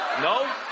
No